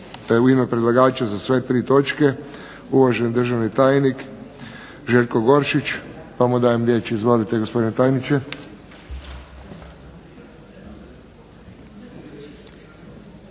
u ime predlagača za sve tri točke uvaženi državni tajnik Željko Goršić pa mu dajem riječ. Izvolite, gospodine tajniče.